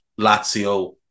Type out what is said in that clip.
Lazio